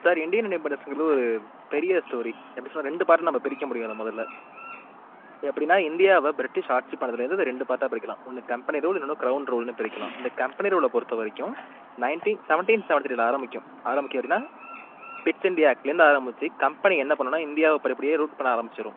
sir Indian ஒரு பெரிய story எப்படி சொல்லனா ரெண்டு பார்ட் நம்ப பிரிக்க முடியும் அது முதல்ல எப்படின்னா இந்தியாவை பிரிட்டிஷ் ஆட்சி பண்ணதுலந்து இந்த ரெண்டு பார்ட்டாக பிரிக்கலாம் ஒன்று கம்பெனி ரூல் இன்னொன்னு கிரௌன் ரூல்ன்னு பிரிக்கலாம் இந்த கம்பெனி ரூலை பொறுத்த வரைக்கும் நைன்டின் செவன்டின் செவன்டி த்ரீயில ஆரமிக்கும் ஆரமிக்கும் அப்படின்னா பிட்ஸ் இந்தியா ஆக்ட்லந்து ஆரமிச்சு கம்பெனி என்ன பண்ணுனா இந்தியாவை அப்புறம் அப்படியே ரூல் பண்ண ஆரமிச்சிரும்